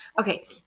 Okay